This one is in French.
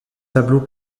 tableau